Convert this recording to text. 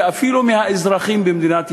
ואפילו מהאזרחים במדינת ישראל,